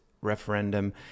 referendum